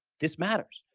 this matters.